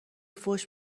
فحش